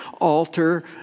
altar